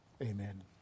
Amen